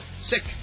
Sick